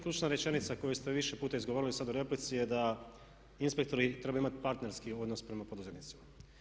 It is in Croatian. Ključna rečenica koju ste više puta izgovorili sad u replici je da inspektori trebaju imati partnerski odnos prema poduzetnicima.